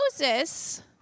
Moses